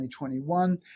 2021